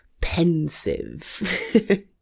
pensive